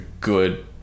good